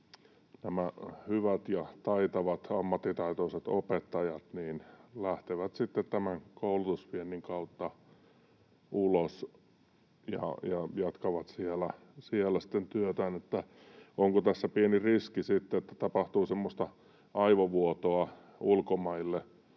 nämä hyvät ja taitavat, ammattitaitoiset opettajat lähtevät sitten tämän koulutusviennin kautta ulos ja jatkavat työtään siellä. Onko tässä pieni riski, että tapahtuu semmoista aivovuotoa ulkomaille